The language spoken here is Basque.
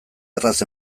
erraz